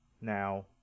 Now